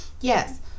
Yes